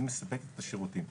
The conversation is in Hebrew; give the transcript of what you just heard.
היא מספקת את השירותים.